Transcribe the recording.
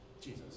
Jesus